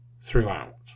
throughout